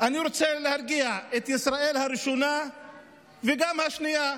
אני רוצה להרגיע את ישראל הראשונה וגם השנייה,